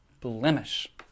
blemish